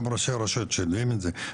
גם ראשי הרשויות שומעים את זה.